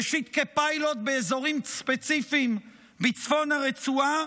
ראשית כפיילוט באזורים ספציפיים בצפון הרצועה,